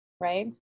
right